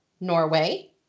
Norway